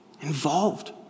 involved